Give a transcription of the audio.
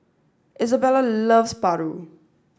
Isabella loves Paru